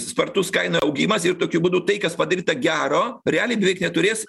spartus kainų augimas ir tokiu būdu tai kas padaryta gero realiai beveik neturės